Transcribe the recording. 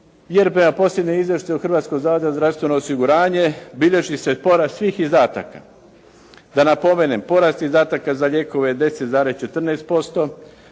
jer prema posljednjem izvještaju Hrvatskog zavoda za zdravstveno osiguranje bilježi se porast svih izdataka. Da napomenem, porast izdataka za lijekove je 10,14%,